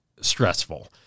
stressful